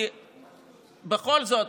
כי בכל זאת,